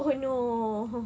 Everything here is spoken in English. oh no